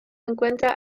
encuentra